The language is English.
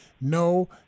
no